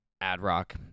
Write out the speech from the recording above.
Ad-Rock